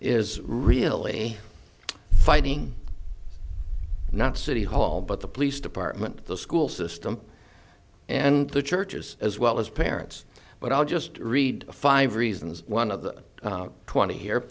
is really fighting not city hall but the police department the school system and the churches as well as parents but i'll just read five reasons one of the twenty here